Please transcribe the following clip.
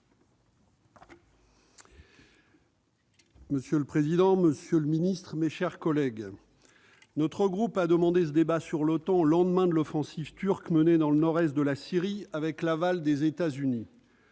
Monsieur le président, monsieur le ministre, mes chers collègues, notre groupe a demandé ce débat sur l'OTAN au lendemain de l'offensive turque menée dans le nord-est de la Syrie avec l'aval des États-Unis.